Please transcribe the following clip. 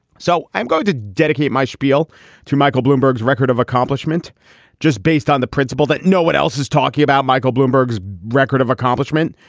so i'm going to dedicate my spiel to michael bloomberg's record of accomplishment just based on the principle that no one else is talking about michael bloomberg's record of accomplishment,